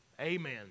Amen